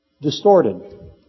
distorted